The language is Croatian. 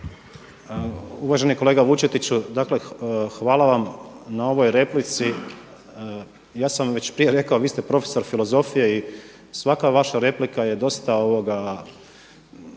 Uvaženi kolega Vučetiću, dakle hvala vam na ovoj replici, ja sam već prije rekao a vi ste profesor filozofije i svaka vaša replika je dosta, ne samo